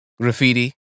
Graffiti